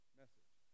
message